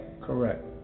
correct